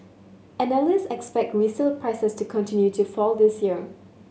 analyst expect resale prices to continue to fall this year